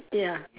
ya